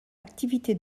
activité